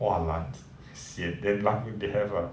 !wahlan! sian then luck they have ah